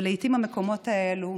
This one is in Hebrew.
ולעיתים המקומות האלה,